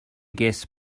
guests